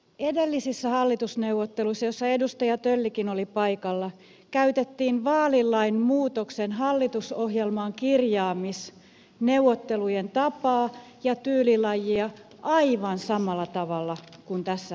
edellisissä hallitusneuvotteluissa joissa edustaja töllikin oli paikalla käytettiin vaalilain muutoksen hallitusohjelmaan kirjaamisneuvottelujen tapaa ja tyylilajia aivan samalla tavalla kuin tässä hallituksessa